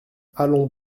allons